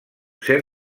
ser